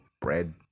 bread